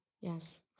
Yes